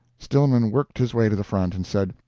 stillman worked his way to the front, and said,